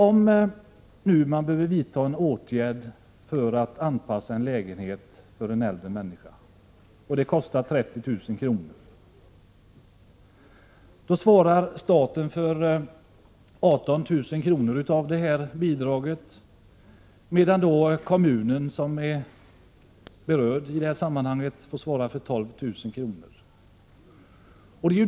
Om man behöver vidta en åtgärd för att anpassa en lägenhet åt en äldre människa och det kostar 30 000 kr. svarar staten för 18 000, medan kommunen som är berörd i sammanhanget får svara för 12 000 kr.